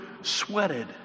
sweated